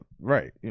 Right